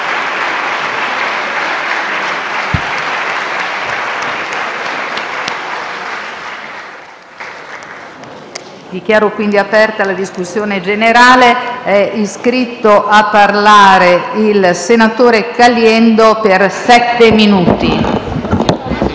Dichiaro aperta la discussione generale. È iscritto a parlare il senatore Caliendo. Ne ha facoltà.